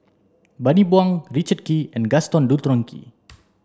Bani Buang Richard Kee and Gaston Dutronquoy